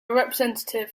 representative